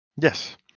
Yes